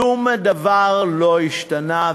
שום דבר לא השתנה,